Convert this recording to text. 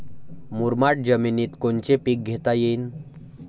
मुरमाड जमिनीत कोनचे पीकं घेता येईन?